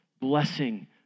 blessing